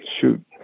shoot